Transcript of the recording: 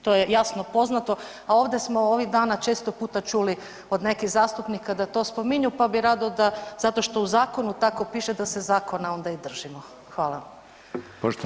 To je jasno poznato, a ovdje smo ovih dana često puta čuli od nekih zastupnika da to spominju, pa bi rado da, zato što u zakonu tako piše, da se zakona onda i držimo.